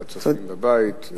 את נמצאת בבית.